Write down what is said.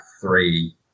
three